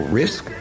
risk